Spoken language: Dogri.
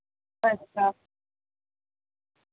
अच्छा